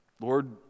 Lord